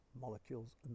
molecules